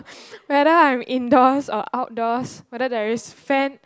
whether I am indoors or outdoors whether there is fan